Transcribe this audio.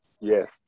Yes